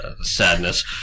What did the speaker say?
Sadness